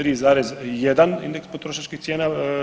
3,1 indeks potrošačkih cijena.